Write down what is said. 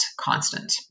constant